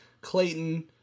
Clayton